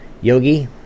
yogi